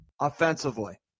offensively